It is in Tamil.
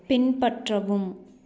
பின்பற்றவும்